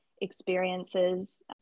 experiences